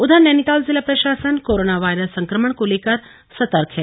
उधर नैनीताल जिला प्रशासन कोरोना वायरस संक्रमण को लेकर सर्तक है